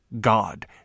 God